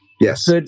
yes